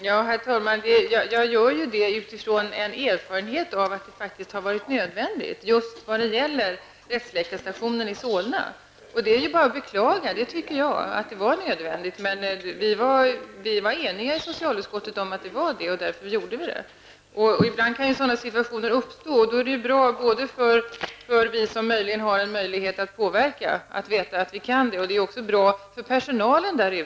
Herr talman! Jag gör detta utifrån den erfarenheten att det faktiskt varit nödvändigt just vad gäller rättsläkarstationen i Solna. Det är bara att beklaga att det var nödvändigt, tycker jag. Men i socialutskottet var vi eniga om att det var det. Därför gjorde vi det. Ibland kan sådana situationer uppstå och då är det ju bra både för oss som möjligen kan påverka att veta att vi kan det och för personalen där.